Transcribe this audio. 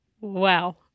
Wow